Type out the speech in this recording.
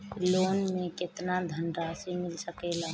Loan मे केतना धनराशी मिल सकेला?